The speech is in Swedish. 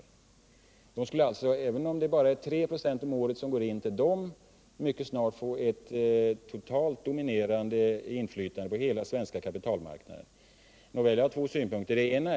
Även om bara 3 96 om året går in till fonderna, skulle de följaktligen mycket snart få ett totalt dominerande inflytande på hela den svenska kapitalmarknaden. Jag har två synpunkter på detta resonemang.